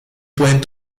pueden